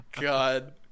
God